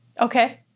Okay